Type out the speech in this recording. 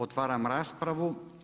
Otvaram raspravu.